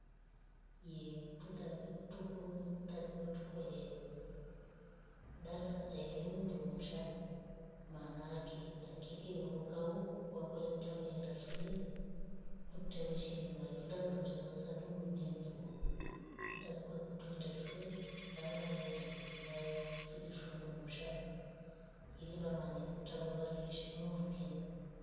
Ye tuta ehh tukum utaki watukule darasa elimu ndungusha maana ake dakikye uroka huu wakule utamienda shule kutwe weshilima irunda ndo choowosa kun duniani foo kutwa tuku enda shule vana vaendi vaa findungusha ili vamanyani kutwa vavalishe unurukeni.